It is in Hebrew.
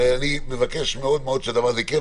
אני מבקש מאוד שהדבר הזה יקרה.